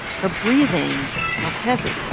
her breathing got heavy